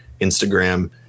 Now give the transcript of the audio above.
Instagram